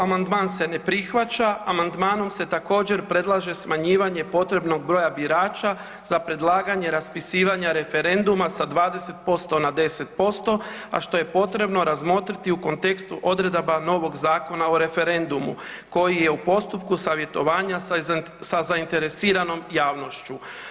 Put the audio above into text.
Amandman se ne prihvaća, amandmanom se također predlaže smanjivanje potrebnog broja birača za predlaganje raspisivanja referenduma sa 20% na 10%, a što je potrebno razmotriti u kontekstu odredaba novog Zakona o referendumu koji je u postupku savjetovanja sa zainteresiranom javnošću.